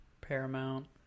paramount